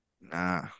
Nah